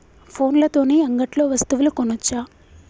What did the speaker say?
ఫోన్ల తోని అంగట్లో వస్తువులు కొనచ్చా?